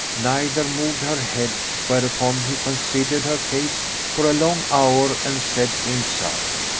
neither moved her head where-upon he considered her case for a long hour and said to himself,